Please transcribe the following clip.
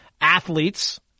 athletes